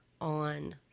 on